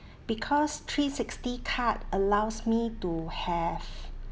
because three sixty card allows me to have